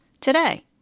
today